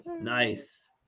nice